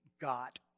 got